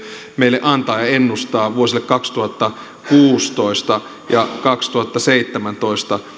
meille antaa ja ennustaa vuosille kaksituhattakuusitoista ja kaksituhattaseitsemäntoista